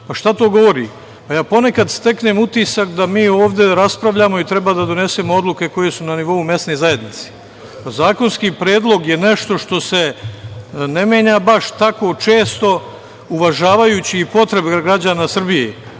Šta to govori? Ponekad steknem utisak da mi ovde raspravljamo i treba da donesemo odluke koje su na nivou mesne zajednice. Zakonski predlog je nešto što se ne menja baš tako često, uvažavajući i potrebe građana Srbije.